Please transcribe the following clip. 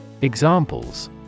Examples